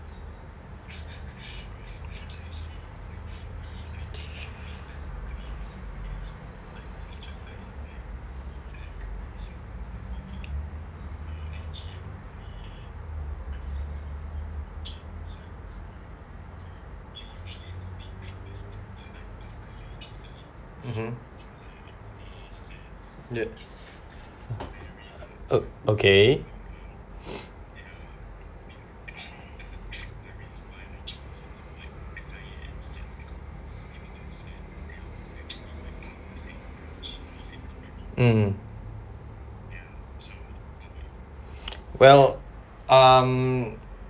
mmhmm yup oo okay mmhmm well um